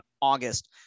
August